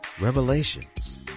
Revelations